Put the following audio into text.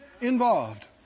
involved